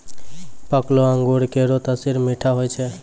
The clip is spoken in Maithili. पकलो अंगूर केरो तासीर मीठा होय छै